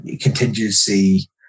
contingency